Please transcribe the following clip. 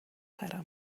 para